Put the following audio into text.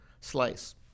slice